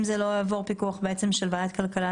אם זה לא יעבור פיקוח של ועדת הכלכלה,